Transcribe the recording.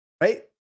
right